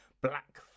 black